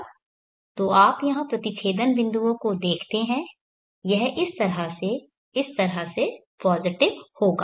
तो आप यहां प्रतिच्छेदन बिंदुओं को देखते हैं यह इस तरह से इस तरह से पॉजिटिव होगा